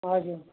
हजुर